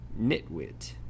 Nitwit